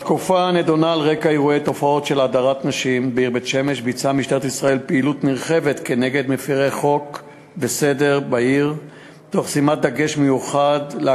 1 2. בתקופה הנדונה,